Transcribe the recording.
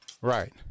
Right